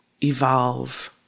evolve